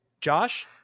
Josh